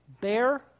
bear